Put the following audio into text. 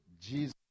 Jesus